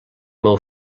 meu